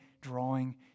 drawing